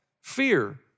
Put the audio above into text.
fear